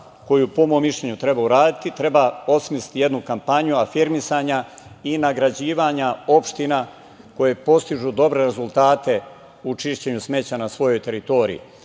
koju po mom mišljenju treba uraditi, treba osmisliti jednu kampanju afirmisanja i nagrađivanja opština koje postižu dobre rezultate u čišćenju smeća na svojoj teritoriji.